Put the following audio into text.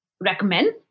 recommend